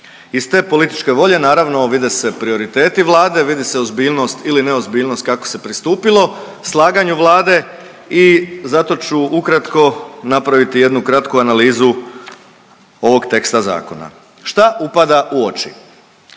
Iz te političke volje naravno vide se prioriteti Vlade, vidi se ozbiljnost ili neozbiljnost kako se pristupilo slaganju Vlade i zato ću ukratko napraviti jednu kratku analizu ovog teksta zakona. Šta upada u oči?